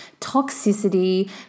toxicity